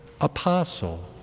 apostle